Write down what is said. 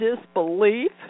disbelief